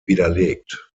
widerlegt